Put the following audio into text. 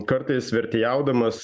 kartais vertėjaudamas